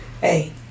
hey